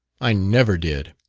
i never did.